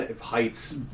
heights